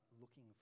looking